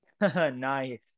Nice